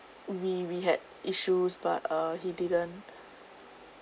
we we had issues but uh he didn't